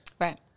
Right